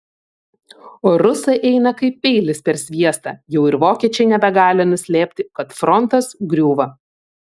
o rusai eina kaip peilis per sviestą jau ir vokiečiai nebegali nuslėpti kad frontas griūva